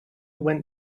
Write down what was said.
went